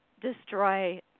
destroy